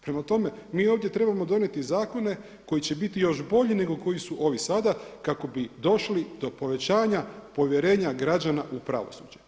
Prema tome, mi ovdje trebamo donijeti zakone koji će biti još bolji, nego koji su ovi sada kako bi došli do povećanja povjerenja građana u pravosuđe.